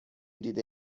دیده